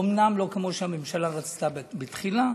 אומנם לא כמו שהממשלה רצתה בתחילה,